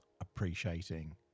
appreciating